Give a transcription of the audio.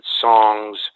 songs